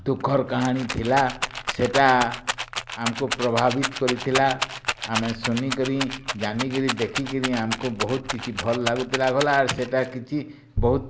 ଦୁଖଃର୍ କାହାଣୀ ଥିଲା ସେଟା ଆମକୁ ପ୍ରଭାବିତ୍ କରିଥିଲା ଆମେ ଶୁନିକରି ଜାନିକରି ଦେଖିକିରି ଆମକୁ ବହୁତ୍ କିଛି ଭଲ୍ ଲାଗୁଥିଲା ଗଲା ଆର୍ ସେଟା କିଛି ବହୁତ୍